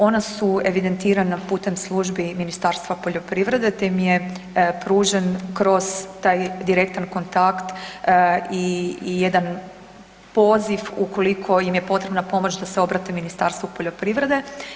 Ona su evidentirana putem službi Ministarstva poljoprivrede, te im je pružen kroz taj direktan kontakt i, i jedan poziv ukoliko im je potrebna pomoć da se obrate Ministarstvu poljoprivrede.